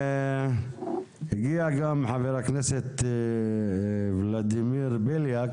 הגיע גם חבר הכנסת ולדימיר בלאק,